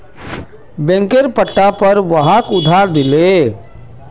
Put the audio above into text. बैंकेर पट्टार पर वहाक उधार दिले